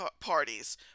parties